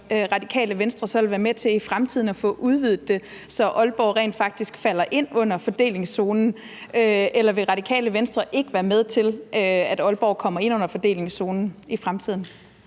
Radikale Venstre være med til i fremtiden at udvide zonen, så Aalborg rent faktisk falder ind under fordelingszonen, eller vil Radikale Venstre ikke være med til, at Aalborg i fremtiden kommer ind under fordelingszonen?